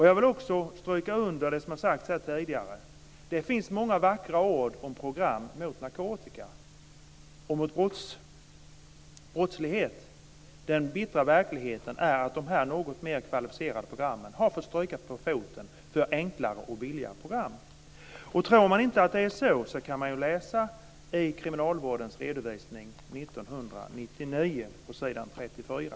Jag vill också stryka under det som har sagts här tidigare: Det finns många vackra ord om program mot narkotika och brottslighet. Den bittra verkligheten är att de här något mer kvalificerade programmen har fått stryka på foten för enklare och billigare program. Tror man inte att det är så kan man läsa i kriminalvårdens redovisning 1999 på s. 34.